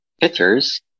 pictures